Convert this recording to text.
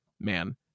man